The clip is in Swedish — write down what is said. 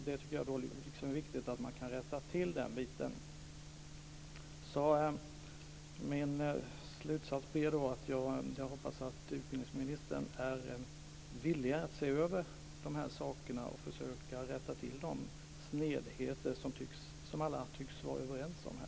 Det är viktigt att man kan rätta till detta. Jag hoppas slutligen att utbildningsministern är villig att se över dessa frågor och försöka rätta till de snedheter som alla tycks vara överens om här.